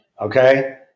Okay